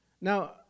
Now